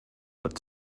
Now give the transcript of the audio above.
but